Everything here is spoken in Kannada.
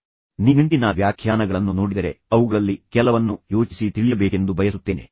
ನೀವು ನಿಘಂಟಿನ ವ್ಯಾಖ್ಯಾನಗಳನ್ನು ನೋಡಿದರೆ ಅವುಗಳಲ್ಲಿ ಕೆಲವನ್ನು ನೀವು ಯೋಚಿಸಿ ತಿಳಿಯಬೇಕೆಂದು ನಾನು ಬಯಸುತ್ತೇನೆ